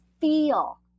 feel